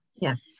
Yes